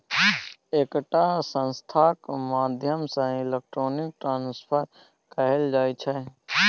एकटा संस्थाक माध्यमसँ इलेक्ट्रॉनिक ट्रांसफर कएल जाइ छै